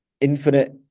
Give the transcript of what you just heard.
infinite